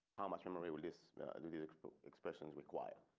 how much memory will this expressions required